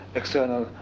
external